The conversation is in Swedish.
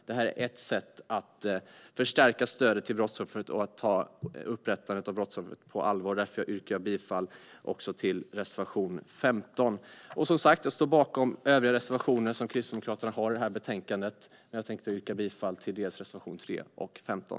Detta är ett sätt att förstärka stödet till brottsoffret och att ta upprättelsen av brottsoffret på allvar. Därför yrkar jag bifall även till reservation 15. Jag står även bakom övriga reservationer som Kristdemokraterna har i detta betänkande, och jag yrkar bifall till reservationerna 3 och 15.